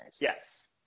Yes